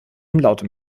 umlaute